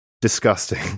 disgusting